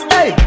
Hey